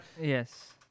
yes